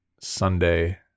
Sunday